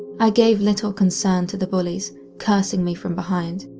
i gave little concern to the bullies cursing me from behind,